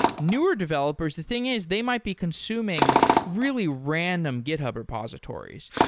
newer developers, the thing is they might be consuming really random github repositories.